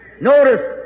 Notice